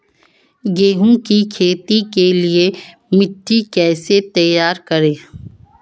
गेहूँ की खेती के लिए मिट्टी कैसे तैयार करें?